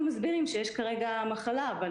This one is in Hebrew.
אנחנו יוצאים לפגרה של שבוע.